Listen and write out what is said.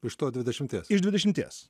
iš to dvidešimties iš dvidešimties